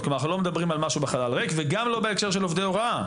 כלומר אנחנו לא מדברים על משהו בחלל ריק וגם לא בהקשר של עובדי הוראה.